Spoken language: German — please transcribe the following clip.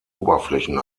oberflächen